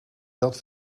dat